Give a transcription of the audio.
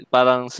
Parang